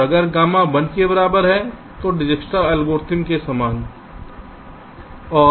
और अगर गामा 1 के बराबर है तो यह दिज्क्स्ट्रा के एल्गोरिथ्म के समान है